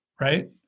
right